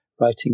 writing